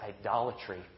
idolatry